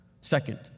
Second